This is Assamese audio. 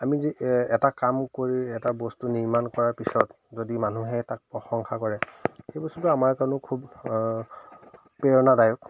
আমি যি এটা কাম কৰি এটা বস্তু নিৰ্মাণ কৰাৰ পিছত যদি মানুহে তাক প্ৰশংসা কৰে সেই বস্তুটো আমাৰ কাৰণেও খুব প্ৰেৰণাদক